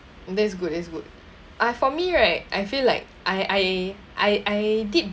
that's good that's good ah for me right I feel like I I I I did